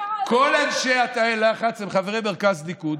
כל אנשי תאי הלחץ הם חברי מרכז ליכוד.